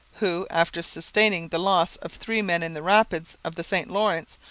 who, after sustaining the loss of three men in the rapids of the st lawrence,